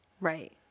Right